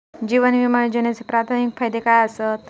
जीवन विमा योजनेचे प्राथमिक फायदे काय आसत?